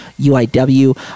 UIW